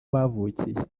bavukiye